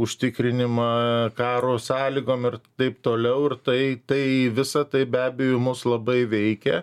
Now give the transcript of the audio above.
užtikrinimą karo sąlygom ir taip toliau ir tai tai visa tai be abejo mus labai veikia